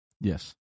Yes